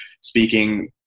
speaking